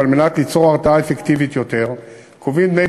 ועל מנת ליצור הרתעה אפקטיבית יותר קובעים דמי